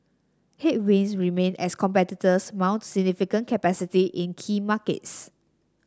headwinds remain as competitors mount significant capacity in key markets